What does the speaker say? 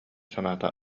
санаата